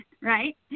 Right